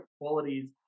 qualities